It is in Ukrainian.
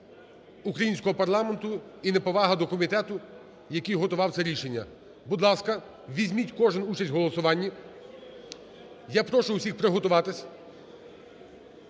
українського парламенту і неповага до комітету, який готував це рішення. Будь ласка, візьміть кожен участь у голосуванні. Я прошу всіх приготуватись.